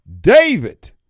David